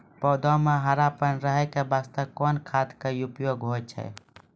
पौधा म हरापन रहै के बास्ते कोन खाद के उपयोग होय छै?